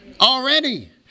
already